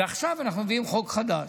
ועכשיו אנחנו מביאים חוק חדש.